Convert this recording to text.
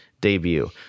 debut